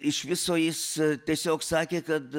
iš viso jis tiesiog sakė kad